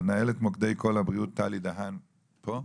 מנהלת מוקדי קול הבריאות, טלי דהן, פה?